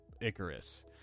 Icarus